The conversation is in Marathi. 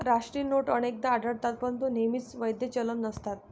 राष्ट्रीय नोट अनेकदा आढळतात परंतु नेहमीच वैध चलन नसतात